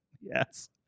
Yes